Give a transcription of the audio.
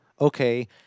okay